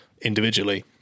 individually